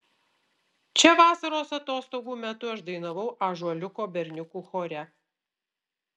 čia vasaros atostogų metu aš dainavau ąžuoliuko berniukų chore